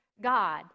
God